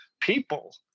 people